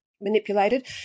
manipulated